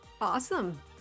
Awesome